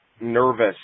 nervous